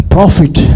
Prophet